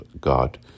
God